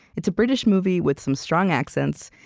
it's a british movie with some strong accents,